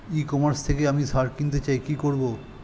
ই commerce থেকে আমি সার কিনতে চাই কি করব?